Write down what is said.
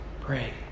Pray